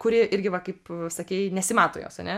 kuri irgi va kaip sakei nesimato jos ane